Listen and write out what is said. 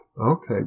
Okay